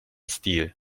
stil